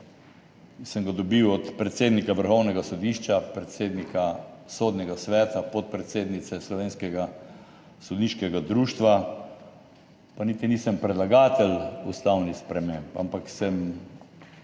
sem ga dobil od predsednika Vrhovnega sodišča, predsednika Sodnega sveta, podpredsednice Slovenskega sodniškega društva, pa niti nisem predlagatelj ustavnih sprememb. Ampak sem